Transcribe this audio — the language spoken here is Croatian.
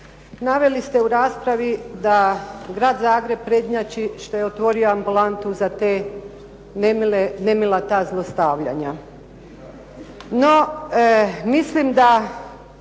Naveli ste u raspravi da grad Zagreb prednjači što je otvorio ambulantu za nemila ta zlostavljanja.